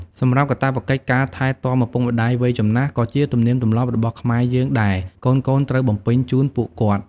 សម្រាប់កាតព្វកិច្ចការថែទាំឪពុកម្ដាយវ័យចំណាស់ក៏ជាទំនៀមទម្លាប់របស់ខ្មែរយើងដែលកូនៗត្រូវបំពេញជូនពួកគាត់។